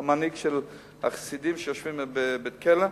הוא המנהיג של החסידים שיושבים בבית-הכלא,